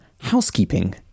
housekeeping